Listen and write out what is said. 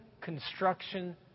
construction